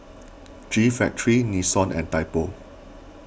G Factory Nixon and Typo